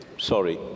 Sorry